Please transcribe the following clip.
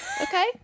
Okay